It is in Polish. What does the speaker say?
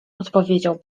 odpowiedział